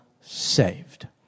saved